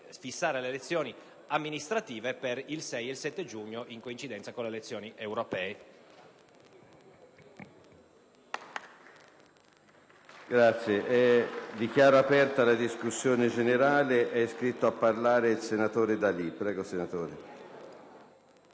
le elezioni amministrative al 6 ed al 7 giugno, in coincidenza con le elezioni europee.